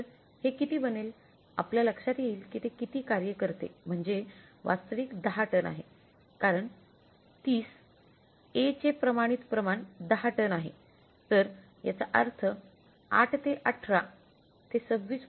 तर हे किती बनेल आपल्या लक्षात येईल की ते किती कार्य करते म्हणजे वास्तविक 10 टन आहे कारण 30 A चे प्रमाणित प्रमाण 10 टन आहे तर याचा अर्थ 8 ते 18 ते 26